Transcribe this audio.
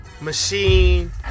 Machine